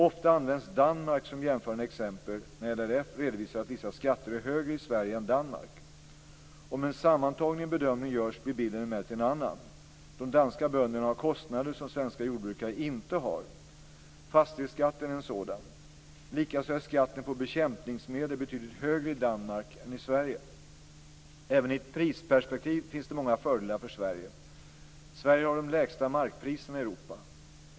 Ofta används Danmark som jämförande exempel när LRF redovisar att vissa skatter är högre i Sverige än i Danmark. Om en sammantagen bedömning görs blir bilden emellertid en annan. De danska bönderna har kostnader som svenska jordbrukare inte har. Fastighetsskatten är en sådan. Likaså är skatten på bekämpningsmedel betydligt högre i Danmark än i Även i ett prisperspektiv finns det många fördelar för Sverige. Sverige har de lägsta markpriserna i Europa.